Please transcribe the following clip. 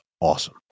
awesome